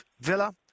Villa